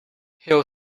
hill